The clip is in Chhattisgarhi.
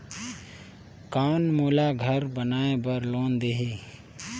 कौन मोला घर बनाय बार लोन देही?